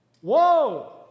Whoa